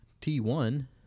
T1